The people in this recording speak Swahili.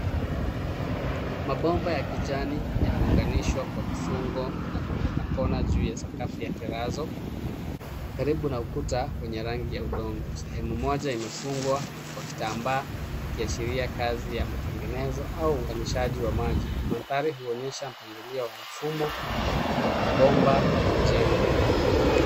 Mabomba ya kijani, yameunganishwa kwa vifungo na kona juu ya sakafu ya terazo, karibu na ukuta kwenye rangi ya udongo, sehemu moja imefungwa kwa kitambaa ikiashiria kazi ya matengenezo au unganishaji wa maji. Mandhari huonyesha mpangilio wa mfumo wa mabomba kwenye jengo.